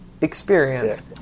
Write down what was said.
experience